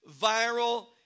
viral